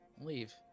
Leave